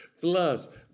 Plus